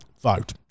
vote